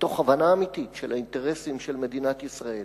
מתוך הבנה אמיתית של האינטרסים של מדינת ישראל,